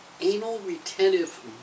anal-retentive